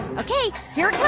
ok. here it yeah